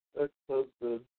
ex-husband